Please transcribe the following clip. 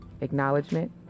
acknowledgement